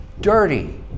Dirty